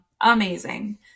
Amazing